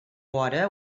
hora